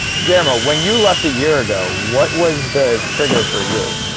guillermo when you left a year ago, what was the trigger for you?